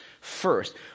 first